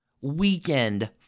weekend